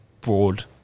broad